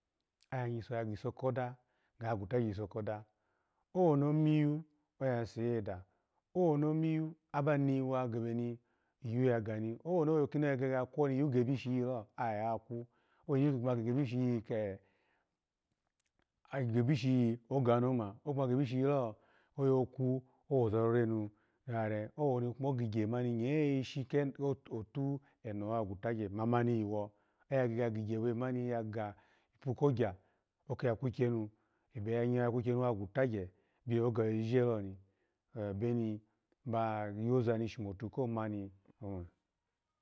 Oya nyiso ya giso koda, ga gwutagye iso koda, owoni omiyu oya saida, owoni omiyu ala niyiwa gebe niyu ya gege ya gani, owoni awoye na kwo niyu gebi shiyi lo aya kwu woni ogebi shiyi ku oganu oma, okwuma gebi shiyi lo oyo kwu oza rore nu are, owoni ogigyehe ishi ken keno kotu eno owa gwutugye mamani iwo oyh gege ya ga ipu kogyu oki ya kwi gye nu, ebeyanya oya kwigye wa gwutagye biyo ga yo jijie lo ni, ebe ni ba yo za ni shomotu ko ma ni oma